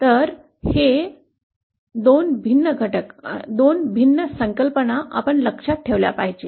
तर हे 2 भिन्न घटक आहेत 2 भिन्न संकल्पना आपण लक्षात ठेवल्या पाहिजेत